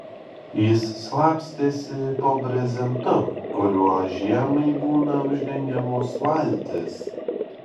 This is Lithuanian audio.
jis slapstėsi po brezentu kuriuo žiemai būna uždengiamos valtys